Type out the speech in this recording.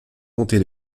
comtés